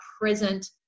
present